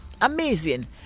amazing